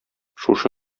шушы